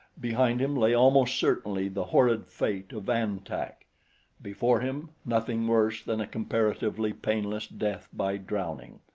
behind him lay almost certainly the horrid fate of an-tak before him nothing worse than a comparatively painless death by drowning.